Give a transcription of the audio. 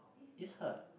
is her